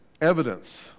evidence